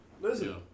Listen